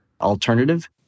alternative